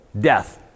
Death